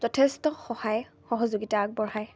যথেষ্ট সহায় সহযোগিতা আগবঢ়ায়